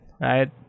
right